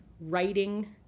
writing